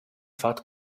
fat